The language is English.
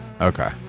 Okay